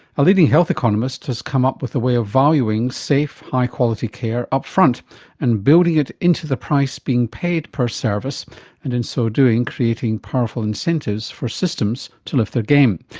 a leading health economist has come up with a way of valuing safe, high quality care up front and building it into the price being paid per service and in so doing creating powerful incentives for systems to lift their game.